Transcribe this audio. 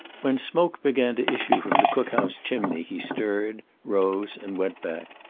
when smoke began to issue from the cook-house chimney he stirred, rose and went back.